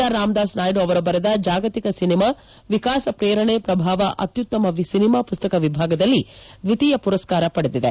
R Ramadasa Naidu ಅವರು ಬರೆದ ಜಾಗತಿಕ ಸಿನೆಮಾ ವಿಕಾಸ ಶ್ರೇರಣೆ ಪ್ರಭಾವ ಅತ್ಯುತ್ತಮ ಸಿನಿಮಾ ಪುಸ್ತಕ ವಿಭಾಗದಲ್ಲಿ ದ್ವಿತೀಯ ಪುರಸ್ಕಾರ ಪಡೆದಿದೆ